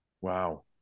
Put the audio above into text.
Wow